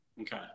Okay